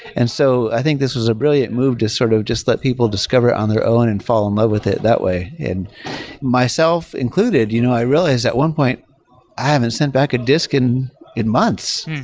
and so i think this was a brilliant move to sort of just let people discover on their own and fall in love with it that way. myself included, you know i realized at one point i haven't sent back a disk in in months.